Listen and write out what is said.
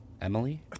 Emily